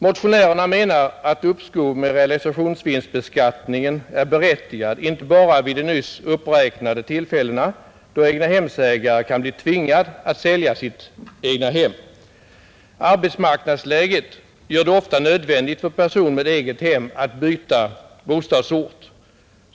Motionärerna menar att uppskov med realisationsvinstbeskattningen är berättigad inte bara vid de nyss uppräknade tillfällen då egnahemsägare kan bli tvingad att sälja sitt egnahem. Arbetsmarknadsläget gör det ofta nödvändigt för person med egethem att byta bostadsort.